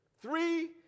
three